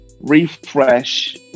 refresh